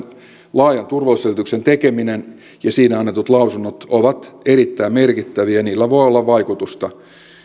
laajan turvallisuusselvityksen tekeminen ja siinä annetut lausunnot ovat erittäin merkittäviä niillä voi olla vaikutusta